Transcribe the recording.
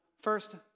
First